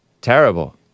Terrible